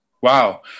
Wow